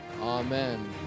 Amen